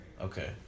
Okay